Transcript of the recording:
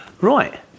Right